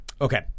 Okay